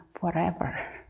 forever